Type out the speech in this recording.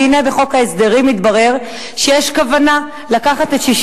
והנה בחוק ההסדרים מתברר שיש כוונה לקחת את 60